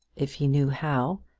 if he knew how,